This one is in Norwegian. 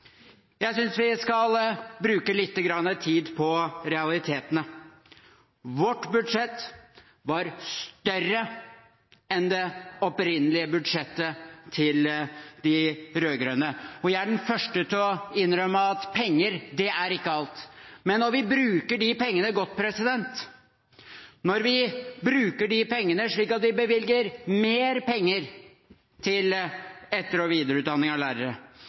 Jeg synes vi skal bruke lite grann tid på realitetene. Vårt budsjettforslag var større enn det opprinnelige budsjettforslaget fra de rød-grønne. Jeg skal være den første til å innrømme at penger ikke er alt. Men når vi bruker pengene godt, når vi bevilger mer til etter- og videreutdanning av lærere,